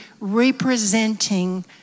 representing